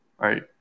right